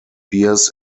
bears